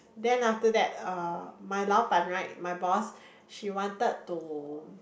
then after that uh my 老板 right my boss she wanted to